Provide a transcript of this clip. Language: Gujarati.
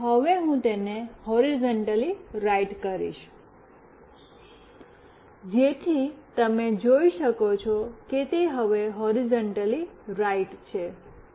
અને હવે હું તેને હૉરિઝૉન્ટલી રાઈટ કરીશ જેથી તમે જોઈ શકો કે તે હવે હૉરિઝૉન્ટલી રાઈટ છે